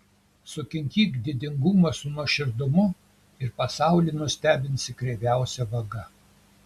sukinkyk didingumą su nuoširdumu ir pasaulį nustebinsi kreiviausia vaga